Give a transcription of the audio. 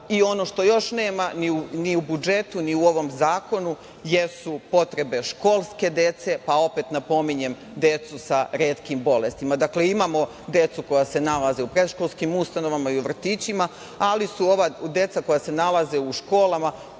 deci? Ono što još nema ni u budžetu, ni u ovom zakonu jesu potrebe školske dece, pa opet napominjem decu sa retkim bolestima. Dakle, imamo decu koja se nalaze u predškolskim ustanovama i u vrtićima, ali su ova deca koja se nalaze u školama